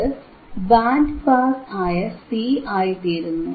അത് band pass ആയ C ആയിത്തീരുന്നു